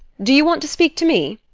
do you want to speak to me?